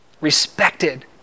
Respected